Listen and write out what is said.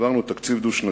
העברנו תקציב דו-שנתי.